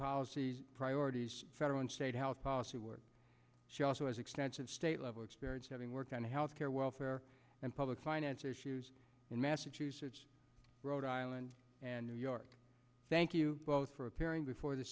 policy priorities federal and state health policy where she also has extensive state level experience having worked on health care welfare and public finance issues in massachusetts rhode island and new york thank you both for appearing before the